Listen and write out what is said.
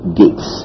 gates